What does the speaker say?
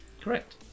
Correct